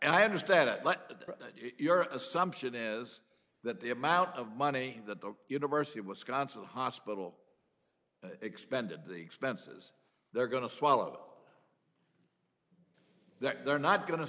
and i understand that but your assumption is that the amount of money that the university of wisconsin hospital expended the expenses they're going to swallow that they're not going to